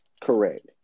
Correct